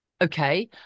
Okay